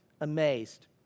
amazed